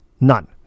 None